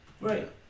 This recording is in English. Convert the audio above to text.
Right